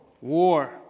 war